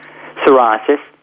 psoriasis